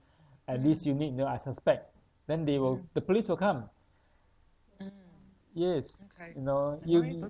at this unit you know I suspect then they will the police will come yes you know you